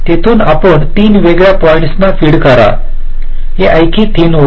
तिथून आपण तीन वेगवेगळ्या पॉईंट्सना फीड करा हे आणखी थिन होईल